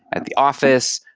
at the office,